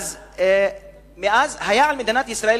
היה על מדינת ישראל,